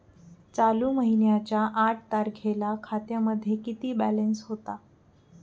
चालू महिन्याच्या आठ तारखेला खात्यामध्ये किती बॅलन्स होता?